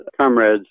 comrades